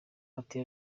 ati